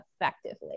effectively